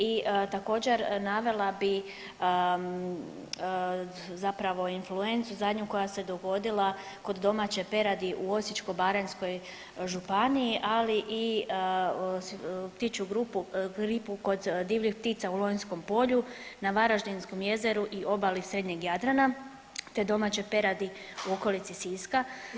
I također navela bih zapravo influencu zadnju koja se dogodila kod domaće peradi u Osječko-baranjskoj županiji ali i ptičju gripu kod divljih ptica u Lonjskom polju, na Varaždinskom jezeru i obali srednjeg Jadrana, te domaće peradi u okolici Siska.